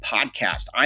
Podcast